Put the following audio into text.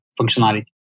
functionality